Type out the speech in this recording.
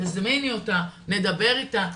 תזמיני אותה נדבר איתה.